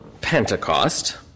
Pentecost